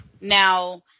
Now